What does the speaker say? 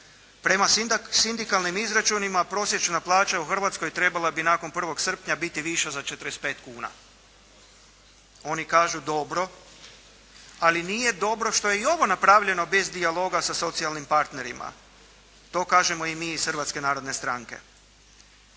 Prema sindikalnim izračunima prosječna plaća u Hrvatskoj trebala bi nakon 1. srpnja biti viša za 45 kuna. Oni kažu dobro, ali nije dobro što je i ovo napravljeno bez dijaloga sa socijalnim partnerima. To kažemo i mi iz Hrvatske narodne stranke.